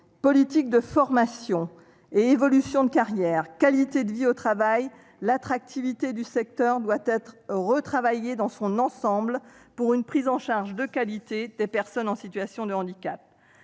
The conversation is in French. politique de formation, évolution de carrière, qualité de vie au travail : la question de l'attractivité du secteur doit être retravaillée dans son ensemble pour une prise en charge de qualité des personnes en situation de handicap.